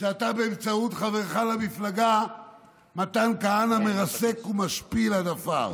שאתה באמצעות חברך למפלגה מתן כהנא מרסק ומשפיל עד עפר.